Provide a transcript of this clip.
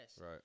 Right